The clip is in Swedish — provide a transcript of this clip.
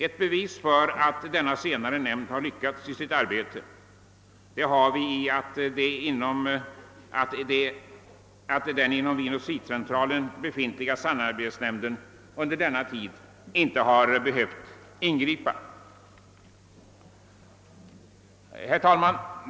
Ett bevis för att denna senare nämnd har lyckats i sitt arbete har vi i att den inom Vinoch spritcentralen befintliga samarbetsnämnden «under denna tid inte har behövt ingripa. Herr talman!